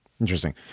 Interesting